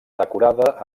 decorada